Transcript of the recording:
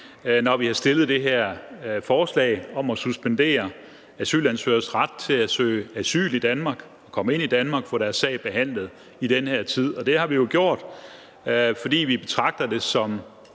når vi har fremsat det er forslag om at suspendere asylansøgeres ret til at søge asyl i Danmark, til at komme ind i Danmark og til at få deres sag behandlet i den her tid. Det har vi jo gjort, fordi vi betragter det som